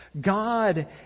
God